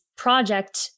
project